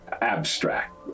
abstract